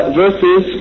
verses